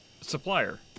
supplier